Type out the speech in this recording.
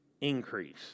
increase